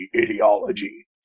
ideology